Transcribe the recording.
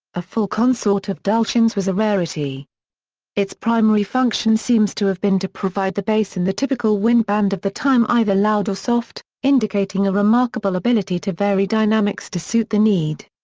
a full consort of dulcians was a rarity its primary function seems to have been to provide the bass in the typical wind band of the time, either loud or soft, indicating a remarkable ability to vary dynamics to suit the need.